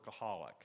Workaholic